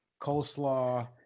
coleslaw